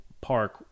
Park